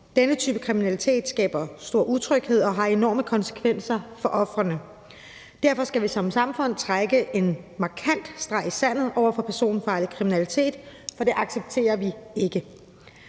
Denne type kriminalitet skaber stor utryghed og har enorme konsekvenser for ofrene. Derfor skal vi som samfund trække en markant streg i sandet over for personlig kriminalitet, for det accepterer vi ikke.